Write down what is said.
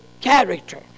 character